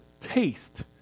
taste